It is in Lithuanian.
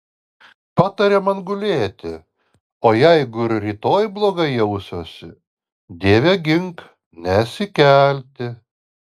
patarė man gulėti o jeigu ir rytoj blogai jausiuosi dieve gink nesikelti